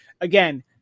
again